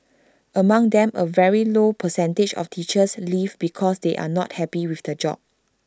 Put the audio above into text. among them A very low percentage of teachers leave because they are not happy with the job